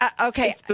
okay